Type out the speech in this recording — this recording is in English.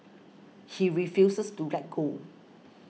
he refuses to let go